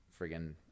friggin